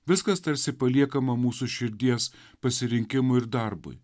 viskas tarsi paliekama mūsų širdies pasirinkimui ir darbui